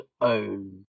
own